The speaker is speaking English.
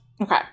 okay